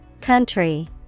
Country